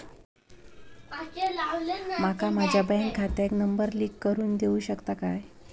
माका माझ्या बँक खात्याक नंबर लिंक करून देऊ शकता काय?